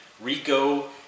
Rico